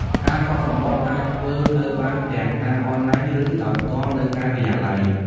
ការកក់សំបុត្រអាចធ្វើទៅបានទាំងតាមអនឡាញឬដោយផ្ទាល់នៅការិយាល័យ។